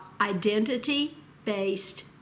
identity-based